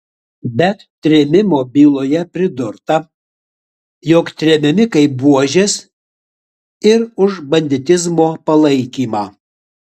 bet trėmimo byloje pridurta jog tremiami kaip buožės ir už banditizmo palaikymą